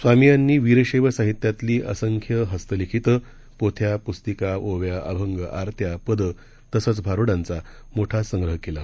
स्वामी यांनी वीरशद्वसाहित्यातली असंख्य हस्तलिखितं पोथ्या प्स्तिका ओव्या अभंग आरत्या पदं तसंच भारूडांचा मोठा संग्रह केला